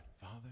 Father